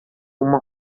uma